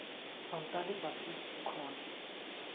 ᱥᱟᱱᱛᱟᱲᱤ ᱯᱟᱹᱨᱥᱤ ᱠᱷᱚᱱ